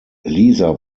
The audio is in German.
lisa